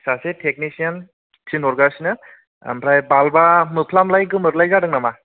सासे टेकनिसियान थिनहरगासिनो ओमफ्राय बाल्बआ मोफ्लामलाय गोमोरलाय जादों नामा